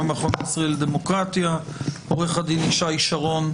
מהסנגוריה הציבורית נמצא עורך הדין ישי שרון